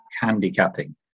handicapping